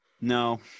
no